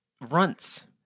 Runts